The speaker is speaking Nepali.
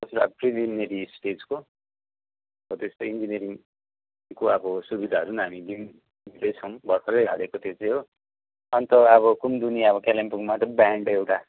प्रिलिमिनेरी स्टेजको हो तेस्तै इन्जिनियरिङको अब सुविधाहरू नि हामी लिन् दिँदैछौँ भर्खरै हालेको त्यो चाहिँ हो अन्त अब कुमुदिनी अब कालिम्पोङमा त ब्यान्ड एउटा